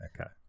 Okay